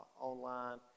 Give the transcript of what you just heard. online